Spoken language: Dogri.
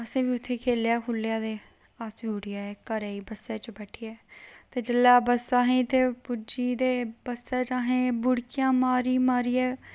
असें बी उत्थै खेढेआ खूढेआ ते अस बी उठी आए घरै गी बस्सा बिच बैठी ऐ ते जेल्लै बस्स इत्थै पुज्जी ते बस्सा च असें बुडकियां मारी मारियै